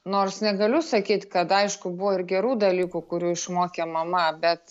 nors negaliu sakyt kad aišku buvo ir gerų dalykų kurių išmokė mama bet